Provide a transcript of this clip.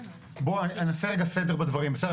בבקשה.